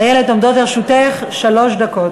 איילת, עומדות לרשותך שלוש דקות.